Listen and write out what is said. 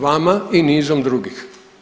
Vama i nizom drugih.